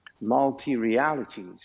multi-realities